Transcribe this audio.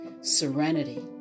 Serenity